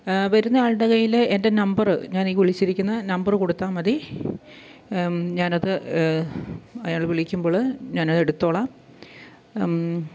വരുന്ന ആളുടെ കയ്യില് എൻ്റെ നമ്പര് ഞാനീ വിളിച്ചിരിക്കുന്ന നമ്പര് കൊടുത്താല് മതി ഞാനത് അയാള് വിളിക്കുമ്പോള് ഞാനത് എടുത്തോളാം